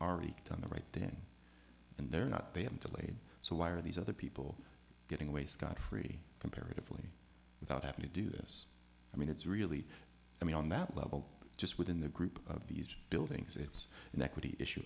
already done the right then and they're not they have delayed so why are these other people getting away scot free comparatively without having to do this i mean it's really i mean on that level just within the group of these buildings it's an equity issue